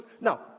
Now